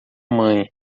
mãe